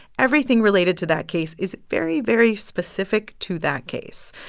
everything related to that case is very, very specific to that case.